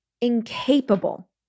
incapable